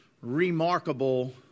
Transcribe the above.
remarkable